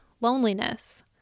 loneliness